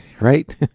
right